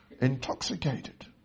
intoxicated